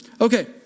Okay